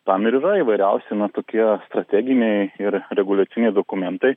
tam ir yra įvairiausi na tokie strateginiai ir reguliaciniai dokumentai